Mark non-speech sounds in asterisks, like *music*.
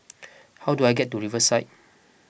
*noise* how do I get to Riverside